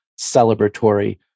celebratory